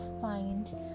find